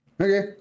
Okay